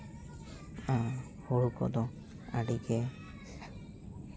ᱟᱨ ᱦᱳᱲᱳ ᱠᱚᱫᱚ ᱟᱹᱰᱤᱜᱮ